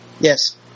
Yes